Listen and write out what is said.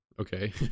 okay